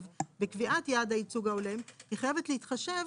בקביעת יעד הייצוג ההולם היא חייבת להתחשב